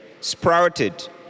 sprouted